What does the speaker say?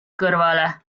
kõrvale